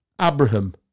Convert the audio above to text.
Abraham